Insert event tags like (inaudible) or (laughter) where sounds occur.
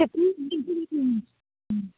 (unintelligible)